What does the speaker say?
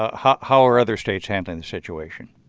ah um ah how are other states handling the situation?